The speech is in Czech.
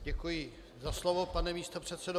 Děkuji za slovo, pane místopředsedo.